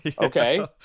okay